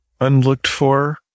unlooked-for